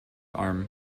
arm